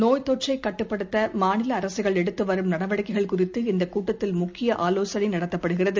நோய் தொற்றைகட்டுப்படுத்தமாநிலஅரசுகள் எடுத்துவரும் நடவடிக்கைகள் குறித்து இந்தகூட்டத்தில் முக்கியஆலோசனைநடத்தப்படுகிறது